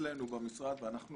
אצלנו במשרד ואנחנו